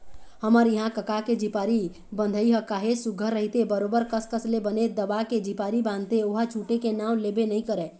हमर इहाँ कका के झिपारी बंधई ह काहेच सुग्घर रहिथे बरोबर कस कस ले बने दबा के झिपारी बांधथे ओहा छूटे के नांव लेबे नइ करय